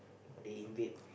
they invade